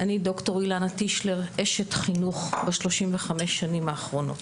אני ד"ר אילנה טישלר אשת חינוך ב-35 שנים האחרונות.